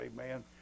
amen